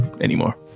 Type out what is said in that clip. anymore